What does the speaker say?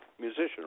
musician